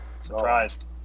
Surprised